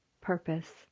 purpose